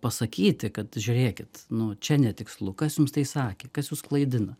pasakyti kad žiūrėkit nu čia netikslu kas jums tai sakė kas jus klaidina